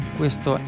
questo